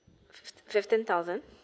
fifteen thousand